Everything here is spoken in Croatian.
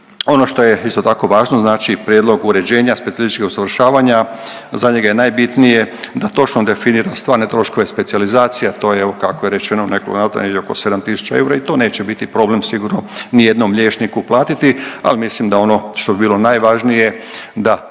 Ono što je isto tako važno, znači prijedlog uređenja specijalističkog usavršavanja, za njega je najbitnije da točno definira stvarne troškove specijalizacija, a to je evo kako je rečeno negdje oko 7 tisuća eura i to neće biti problem sigurno nijednom liječniku platiti, al mislim da ono što bi bilo najvažnije da svaki